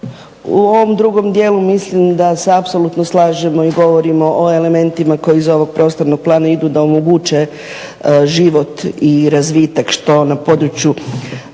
U ovom drugom dijelu mislim da se apsolutno slažemo i govorimo o elementima koji iz ovog prostornog plana idu da omoguće život i razvitak što na području